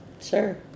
Sure